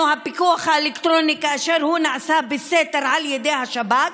הפיקוח האלקטרוני כאשר הוא נעשה בסתר על ידי השב"כ,